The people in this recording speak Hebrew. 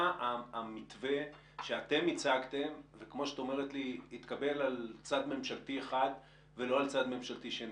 מהו המתווה שאמרת שהצגתם והתקבל על צד ממשלתי אחד ולא על צד ממשלתי שני,